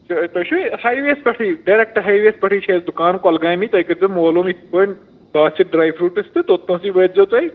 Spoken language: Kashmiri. تۄہہِ چھُو یہِ ہاے وییَس پٮ۪ٹھٕے ڈٮ۪رٮ۪کٹ ہاے وییَس پٮ۪ٹھٕے چھِ اَسہِ دُکان کۄلگامہِ تُہۍ کٔرۍزیو مولوٗم یِتھ پٲٹھۍ باسِت ڈرٛاے فرٛوٗٹٕس تہٕ توٚتنَسٕے وٲتۍزیو تُہۍ